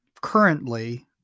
currently